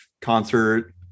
concert